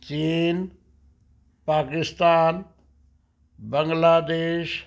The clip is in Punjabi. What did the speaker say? ਚੀਨ ਪਾਕਿਸਤਾਨ ਬੰਗਲਾਦੇਸ਼